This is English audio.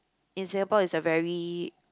in Singapore is a very